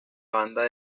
banda